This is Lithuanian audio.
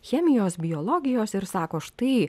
chemijos biologijos ir sako štai